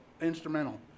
instrumental